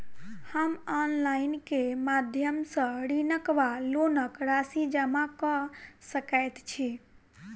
हम ऑनलाइन केँ माध्यम सँ ऋणक वा लोनक राशि जमा कऽ सकैत छी?